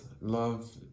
love